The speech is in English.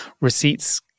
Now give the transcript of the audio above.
Receipts